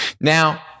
Now